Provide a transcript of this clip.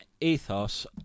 ethos